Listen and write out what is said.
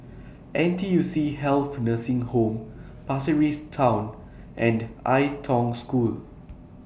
N T U C Health Nursing Home Pasir Ris Town and Ai Tong School